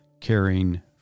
Caring